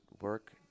work